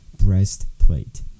breastplate